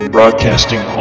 Broadcasting